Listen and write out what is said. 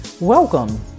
Welcome